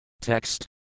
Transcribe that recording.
Text